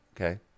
okay